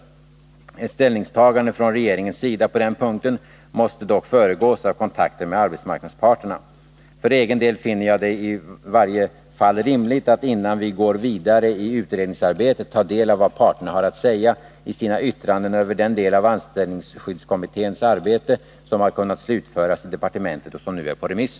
Ett ställningstagande från regeringens sida på den punkten måste dock föregås av kontakter med arbetsmarknadsparterna. För egen del finner jag det i varje fall rimligt att innan vi går vidare i utredningsarbetet ta del av vad parterna har att säga i sina yttranden över den del av anställningsskydds kommitténs arbete som har kunnat slutföras i departementet och som nu är på remiss.